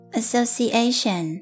association